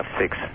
six